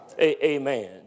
Amen